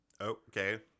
okay